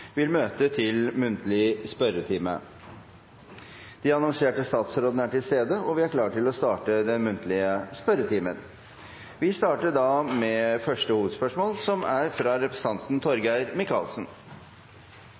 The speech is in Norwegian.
vil møte til muntlig spørretime. De annonserte statsrådene er til stede, og vi er klare til å starte den muntlige spørretimen. Vi starter med første hovedspørsmål, fra representanten Torgeir Micaelsen.